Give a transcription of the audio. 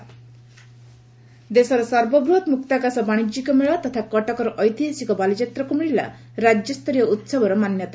ବାଲିଯାତା ଦେଶର ସର୍ବବୃହତ୍ ମୁକ୍ତାକାଶ ବାଶିଜ୍ୟିକ ମେଳା କଟକର ଐତିହାସିକ ବାଲିଯାତ୍ରାକୁ ମିଳିଲା ରାଜ୍ୟସରୀୟ ଉହବର ମାନ୍ୟତା